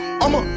I'ma